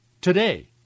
today